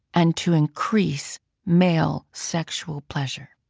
and to increase male sexual pleasure.